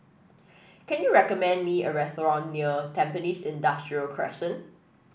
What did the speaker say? can you recommend me a restaurant near Tampines Industrial Crescent